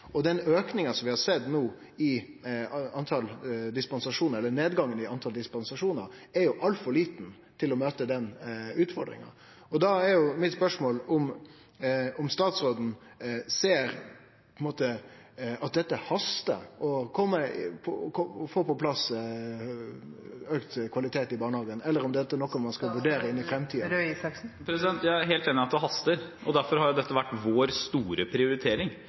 vi no har sett i talet på dispensasjonar, er altfor liten til å møte den utfordringa. Da er mitt spørsmål: Ser statsråden at det hastar å få på plass auka kvalitet i barnehagen, eller er dette noko ein skal vurdere i framtida? Jeg er helt enig i at det haster, og derfor har dette vært vår store prioritering.